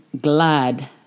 glad